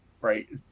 right